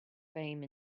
fame